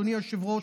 אדוני היושב-ראש: